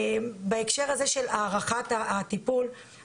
בהקשר של הערכת הטיפול,